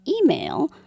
email